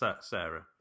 Sarah